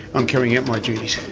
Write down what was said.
i'm carrying out my duties.